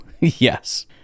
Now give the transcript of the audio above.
yes